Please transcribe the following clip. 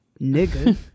nigga